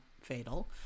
fatal